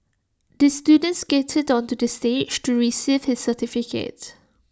this student skated onto the stage to receive his certificate